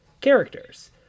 characters